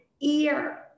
ear